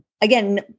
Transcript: again